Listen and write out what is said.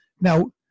Now